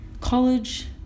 college